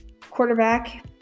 quarterback